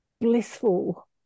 blissful